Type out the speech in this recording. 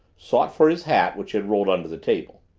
sought for his hat, which had rolled under the table.